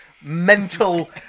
mental